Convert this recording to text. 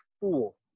fool